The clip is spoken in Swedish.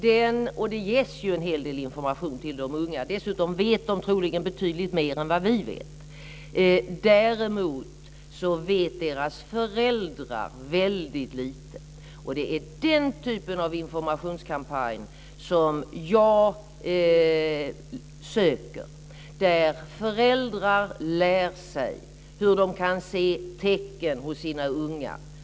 Det ges ju en hel del information till de unga. Dessutom vet de troligen betydligt mer än vad vi vet. Däremot vet deras föräldrar väldigt lite. Det är den typen av informationskampanj som jag söker. Föräldrar måste lära sig hur de kan se tecken hos sina unga.